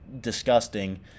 disgusting